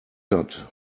cut